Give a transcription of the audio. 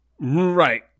right